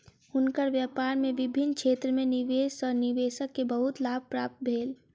हुनकर व्यापार में विभिन्न क्षेत्र में निवेश सॅ निवेशक के बहुत लाभ प्राप्त भेल